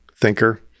thinker